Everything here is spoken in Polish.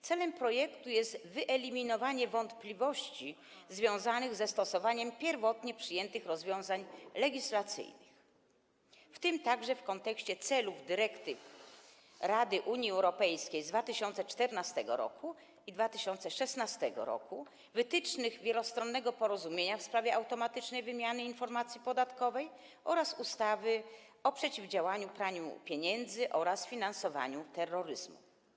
Celem projektu jest wyeliminowanie wątpliwości związanych ze stosowaniem pierwotnie przyjętych rozwiązań legislacyjnych, w tym także, w kontekście celów dyrektyw Rady Unii Europejskiej z 2014 i 2016 r., wytycznych wielostronnego porozumienia w sprawie automatycznej wymiany informacji podatkowej oraz ustawy o przeciwdziałaniu praniu pieniędzy oraz finansowaniu terroryzmu.